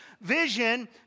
vision